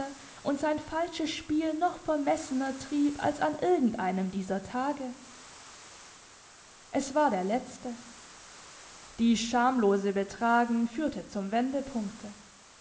und sein falsches spiel noch vermessener trieb als an irgendeinem dieser tage es war der letzte dies schamlose betragen führte zum wendepunkte